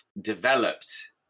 developed